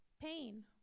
Pain